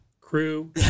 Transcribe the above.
Crew